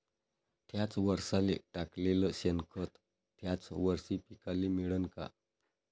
थ्याच वरसाले टाकलेलं शेनखत थ्याच वरशी पिकाले मिळन का?